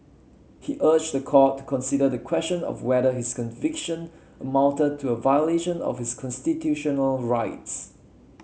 he urged the court to consider the question of whether his conviction amounted to a violation of his constitutional rights